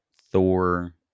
thor